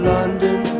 London